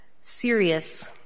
serious